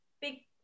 big